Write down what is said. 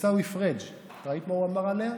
עיסאווי פריג', ראית מה הוא אמר עליה?